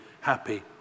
happy